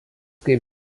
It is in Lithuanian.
kaip